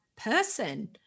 person